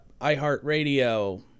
iHeartRadio